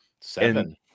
Seven